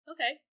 Okay